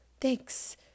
thanks